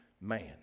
man